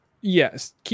Yes